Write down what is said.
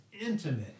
intimate